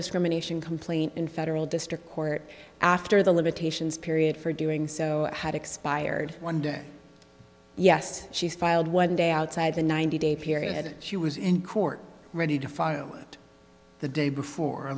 discrimination complaint in federal district court after the limitations period for doing so had expired one day yes she's filed one day outside the ninety day period she was in court ready to file and the day before